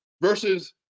Versus